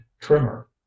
trimmer